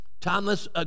Thomas